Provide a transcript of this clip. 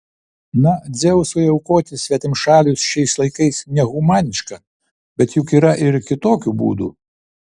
na dzeusui aukoti svetimšalius šiais laikais nehumaniška bet juk yra ir kitokių būdų